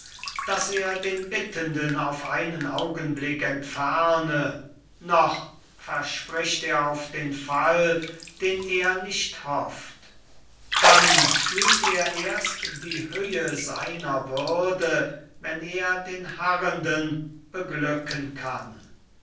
daß er den bittenden auf einen augenblick entferne noch verspricht er auf den fall den er nicht hofft dann fühlt er erst die höhe seiner würde wenn er den harrenden beglücken kann